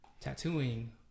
tattooing